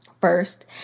first